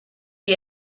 die